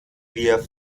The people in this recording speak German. wir